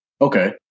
Okay